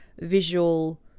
visual